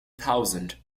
thousand